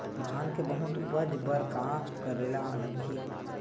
धान के बहुत उपज बर का करेला लगही?